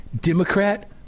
Democrat